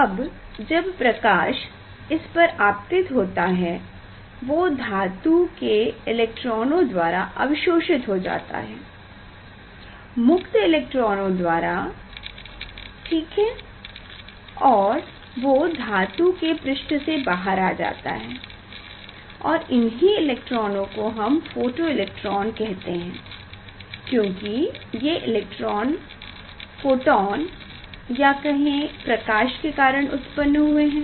अब जब प्रकाश इस पर आपतित होता है वो धातु के इलेक्ट्रोनों द्वारा अवशोषित हो जाता है मुक्त इलेक्ट्रोनों द्वारा ठीक है और वो धातु के पृष्ठ से बाहर आ जाता है और इन्हीं इलेक्ट्रोनों को हम फोटो इलेक्ट्रॉन कहते हैं क्योंकि ये इलेक्ट्रॉन फोटोन या कहें प्रकाश के कारण उत्पन्न हुए हैं